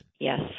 Yes